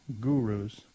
gurus